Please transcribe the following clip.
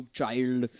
child